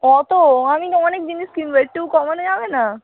অত আমি তো অনেক জিনিস কিনব একটু কমানো যাবে না